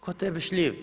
Ko tebe šljivi.